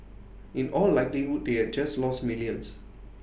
in all likelihood they had just lost millions